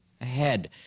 ahead